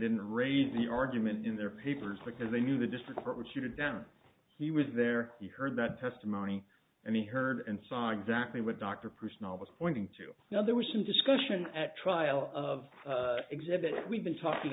didn't raise the argument in their papers because they knew the district court would shoot it down he was there he heard that testimony and he heard and saw exactly what dr personnel was pointing to now there was some discussion at trial of exhibit we've been talking